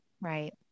right